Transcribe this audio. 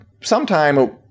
Sometime